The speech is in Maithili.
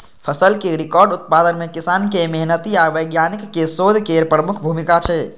फसलक रिकॉर्ड उत्पादन मे किसानक मेहनति आ वैज्ञानिकक शोध केर प्रमुख भूमिका छै